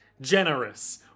generous